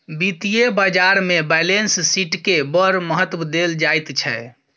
वित्तीय बाजारमे बैलेंस शीटकेँ बड़ महत्व देल जाइत छै